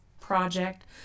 project